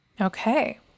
Okay